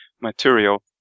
material